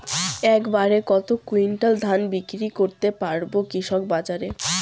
এক বাড়ে কত কুইন্টাল ধান বিক্রি করতে পারবো কৃষক বাজারে?